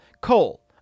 coal